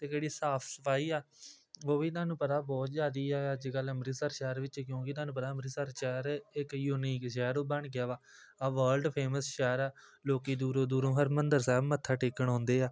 ਅਤੇ ਜਿਹੜੀ ਸਾਫ ਸਫਾਈ ਆ ਉਹ ਵੀ ਤੁਹਾਨੂੰ ਪਤਾ ਬਹੁਤ ਜ਼ਿਆਦਾ ਆ ਅੱਜ ਕੱਲ੍ਹ ਅੰਮ੍ਰਿਤਸਰ ਸ਼ਹਿਰ ਵਿੱਚ ਕਿਉਂਕਿ ਤੁਹਾਨੂੰ ਪਤਾ ਅੰਮ੍ਰਿਤਸਰ ਸ਼ਹਿਰ ਇਹ ਕਹੀਓ ਨਹੀਂ ਕਿ ਸ਼ਹਿਰ ਬਣ ਗਿਆ ਵਾ ਆਹ ਵਰਲਡ ਫੇਮਸ ਸ਼ਹਿਰ ਆ ਲੋਕ ਦੂਰੋਂ ਦੂਰੋਂ ਹਰਿਮੰਦਰ ਸਾਹਿਬ ਮੱਥਾ ਟੇਕਣ ਆਉਂਦੇ ਆ